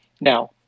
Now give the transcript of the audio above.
Now